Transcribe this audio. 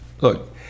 look